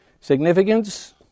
significance